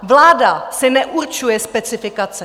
Vláda si neurčuje specifikace.